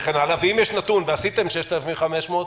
אם יש נתון ועשיתם 6,500 בדיקות,